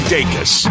Dacus